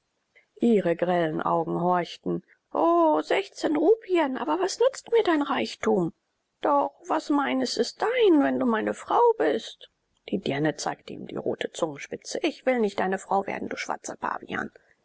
ihre grellen augen horchten o sechzehn rupien aber was nützt mir dein reichtum doch was mein ist ist dein wenn du meine frau bist die dirne zeigte ihm die rote zungenspitze ich will nicht deine frau werden du schwarzer pavian